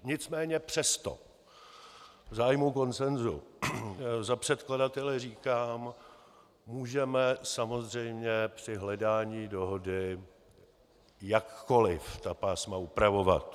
Nicméně přesto v zájmu konsensu za předkladatele říkám, můžeme samozřejmě při hledání dohody jakkoliv ta pásma upravovat.